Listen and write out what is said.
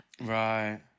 Right